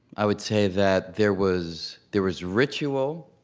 i would say that there was there was ritual,